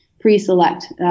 pre-select